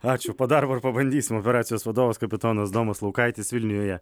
ačiū po darbo ir pabandysim operacijos vadovas kapitonas domas laukaitis vilniuje